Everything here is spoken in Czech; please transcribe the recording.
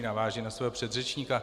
Navážu na svého předřečníka.